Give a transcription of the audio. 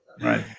Right